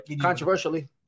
Controversially